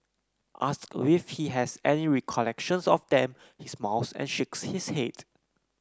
asked if he has any recollections of them he smiles and shakes his head